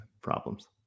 problems